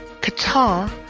Qatar